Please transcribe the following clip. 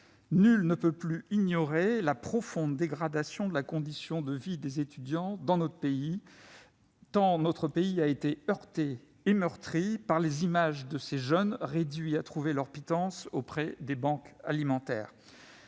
Nul ne peut plus ignorer la profonde dégradation des conditions de vie des étudiants, tant notre pays a été heurté et meurtri par les images de ces jeunes réduits à trouver leur pitance auprès des banques alimentaires.